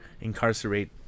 incarcerate